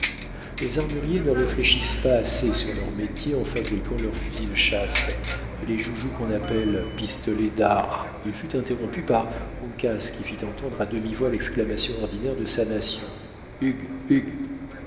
les armuriers ne réfléchissent pas assez sur leur métier en fabriquant leurs fusils de chasse et les joujoux qu'on appelle pistolets d'ar il fut interrompu par uncas qui fit entendre à demi-voix l'exclamation ordinaire de sa nation